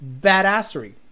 badassery